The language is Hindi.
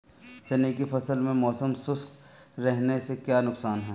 चने की फसल में मौसम शुष्क रहने से क्या नुकसान है?